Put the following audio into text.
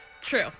True